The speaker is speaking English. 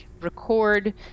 record